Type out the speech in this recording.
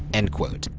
end quote.